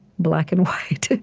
black and white,